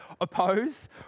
Oppose